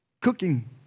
cooking